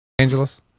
Angeles